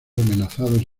amenazados